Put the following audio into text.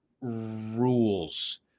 rules